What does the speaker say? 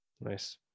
nice